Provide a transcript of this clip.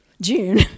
june